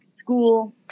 school